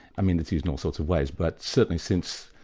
i mean, it's used in all sorts of ways, but certainly since,